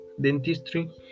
dentistry